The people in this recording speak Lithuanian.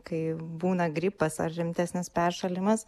kai būna gripas ar rimtesnis peršalimas